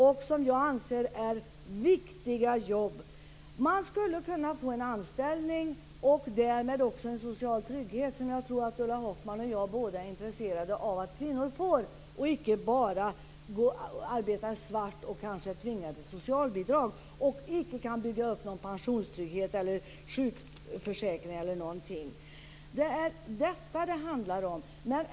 Och jag anser att det är riktiga jobb. De skulle kunna få en anställning. Därmed skulle de också få en social trygghet som jag tror att Ulla Hoffmann och jag båda är intresserade av att kvinnor får, så att de inte bara arbetar svart och kanske tvingas till socialbidrag. Då kan de inte heller bygga upp någon pensionstrygghet, sjukförsäkring eller någonting. Det är detta det handlar om.